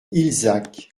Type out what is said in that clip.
illzach